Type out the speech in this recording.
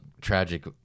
tragic